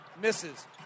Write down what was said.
misses